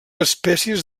espècies